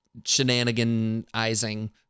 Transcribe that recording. shenaniganizing